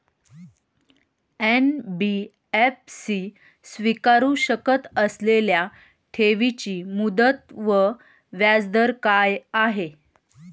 NBFC स्वीकारु शकत असलेल्या ठेवीची मुदत व व्याजदर काय आहे?